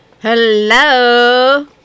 hello